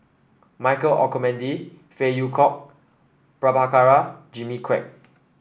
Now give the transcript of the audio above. Michael Olcomendy Phey Yew Kok Prabhakara Jimmy Quek